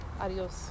Adiós